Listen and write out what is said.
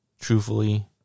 Truthfully